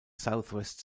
southwest